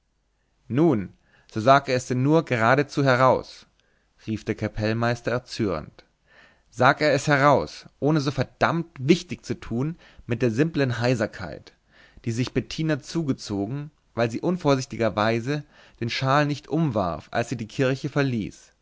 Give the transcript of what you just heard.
nun so sag er es denn nur geradezu heraus rief der kapellmeister erzürnt sag er es heraus ohne so verdammt wichtig zu tun mit der simplen heiserkeit die sich bettina zugezogen weil sie unvorsichtigerweise den shawl nicht umwarf als sie die kirche verließ